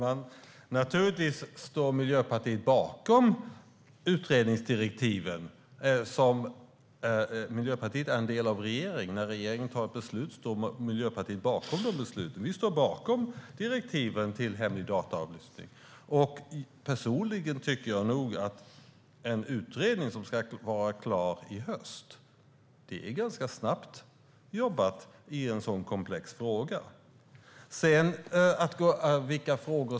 Herr talman! Naturligtvis står Miljöpartiet bakom utredningsdirektiven. Miljöpartiet är en del av regeringen, och när regeringen fattar ett beslut står Miljöpartiet bakom det. Vi står bakom direktiven om hemlig dataavläsning. Personligen tycker jag att en utredning som ska vara klar i höst är ganska snabbt jobbat i ett så komplex fråga.